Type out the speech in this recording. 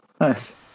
Nice